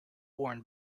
worn